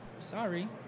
Sorry